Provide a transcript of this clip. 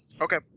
Okay